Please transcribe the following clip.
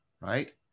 right